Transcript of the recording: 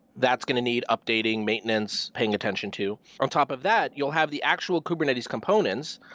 that's going to need updating, maintenance, paying attention to. on top of that, you'll have the actual kubernetes components.